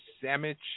sandwich